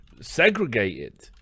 segregated